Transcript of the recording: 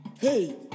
Hey